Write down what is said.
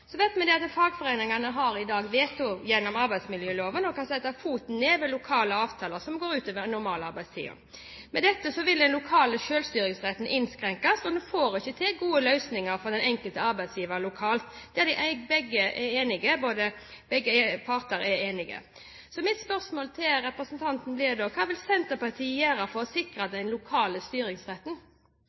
så vet vi også at fagforeningene i dag har veto gjennom arbeidsmiljøloven og kan sette foten ned ved lokale avtaler som går ut over normalarbeidstiden. Med dette vil den lokale selvstyringsretten innskrenkes, og en får ikke til gode løsninger for den enkelte arbeidsgiver lokalt der begge parter er enige. Mitt spørsmål til representanten blir: Hva vil Senterpartiet gjøre for å sikre den lokale styringsretten?